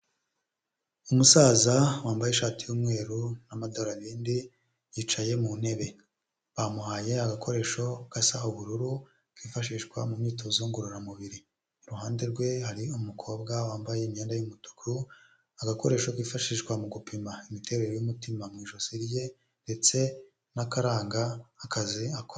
Umusaza wambaye ishati y'umweru n'amadarubindi yicaye mu ntebe. Bamuhaye agakoresho gasa ubururu kifashishwa mu myitozo ngororamubiri, iruhande rwe hari umukobwa wambaye imyenda y'umutuku agakoresho kifashishwa mu gupima imiterere y'umutima mu ijosi rye, ndetse n'akaranga akazi akora.